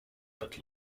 but